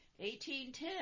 1810